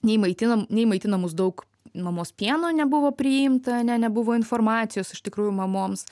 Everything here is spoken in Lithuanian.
nei maitinam nei maitino mus daug mamos pieno nebuvo priimta ne nebuvo informacijos iš tikrųjų mamoms